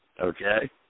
Okay